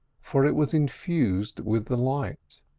for it was infused with the light.